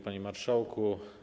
Panie Marszałku!